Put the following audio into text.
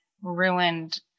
ruined